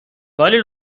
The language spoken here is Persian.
ولی